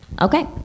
okay